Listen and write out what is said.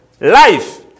life